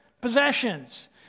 possessions